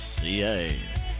Ca